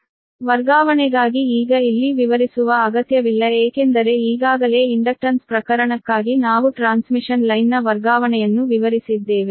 ಆದ್ದರಿಂದ ವರ್ಗಾವಣೆಗಾಗಿ ಈಗ ಇಲ್ಲಿ ವಿವರಿಸುವ ಅಗತ್ಯವಿಲ್ಲ ಏಕೆಂದರೆ ಈಗಾಗಲೇ ಇಂಡಕ್ಟನ್ಸ್ ಪ್ರಕರಣಕ್ಕಾಗಿ ನಾವು ಟ್ರಾನ್ಸ್ಮಿಷನ್ ಲೈನ್ನ ವರ್ಗಾವಣೆಯನ್ನು ವಿವರಿಸಿದ್ದೇವೆ